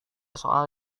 soal